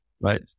right